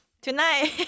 tonight